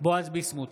בועז ביסמוט,